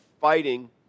fighting